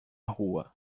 rua